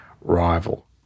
rival